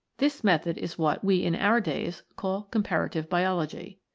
this method is what we in our days call comparative biology.